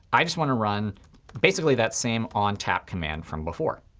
i just want to run basically that same ontap command from before.